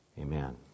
Amen